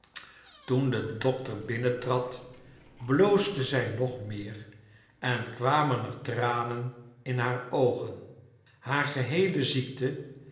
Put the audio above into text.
toen de dokter binnen trad bloosde zij nog meer en kwamen er tranen in haar oogen haar geheele ziekte